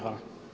Hvala.